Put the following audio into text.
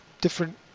different